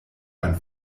ein